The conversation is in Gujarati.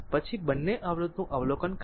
પછી બંને અવરોધનું અવલોકન કરવામાં આવે છે